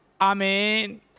Amen